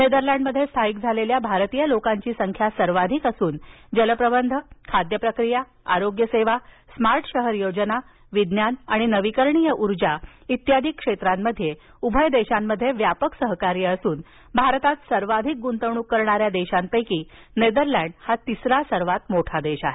नेदरलँडमध्ये स्थायिक झालेल्या भारतीय लोकांची संख्या सर्वाधिक असून जलप्रबंध खाद्य प्रक्रिया आरोग्यसेवा स्मार्ट शहर योजना विज्ञान आणि नवीकरणीय उर्जा इत्यादी क्षेत्रात उभय देशांमध्ये व्यापक सहकार्य असून भारतात सर्वाधिक गृंतवणूक करणाऱ्या देशांपैकी हा तिसरा सर्वात मोठा देश आहे